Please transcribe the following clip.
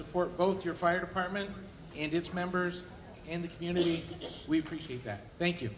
support both your fire department and its members in the community we appreciate that thank you